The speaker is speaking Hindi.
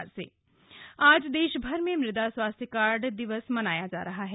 मृदा स्वास्थ्य कार्ड दिवस आज देशभर में मृदा स्वास्थ्य कार्ड दिवस मनाया जा रहा है